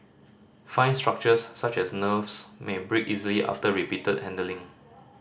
fine structures such as nerves may break easily after repeated handling